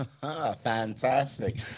fantastic